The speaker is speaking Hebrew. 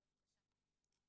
בבקשה.